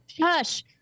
hush